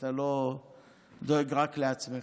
אתה לא דואג רק לעצמך,